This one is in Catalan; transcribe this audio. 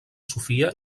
sofia